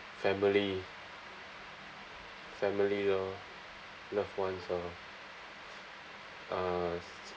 family family lor loved ones lor uh